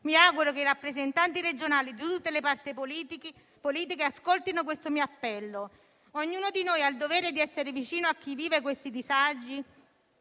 Mi auguro che i rappresentanti regionali, di tutte le parti politiche, ascoltino questo mio appello. Ognuno di noi ha il dovere di essere vicino a chi vive questi disagi